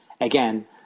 Again